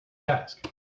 task